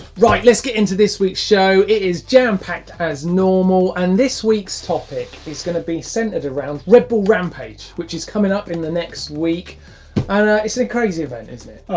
right lets get into this weeks show. it is jammed packed as normal and this weeks topic is going to be centred around redbull rampage which is coming up in the next week. and its a crazy event isn't it?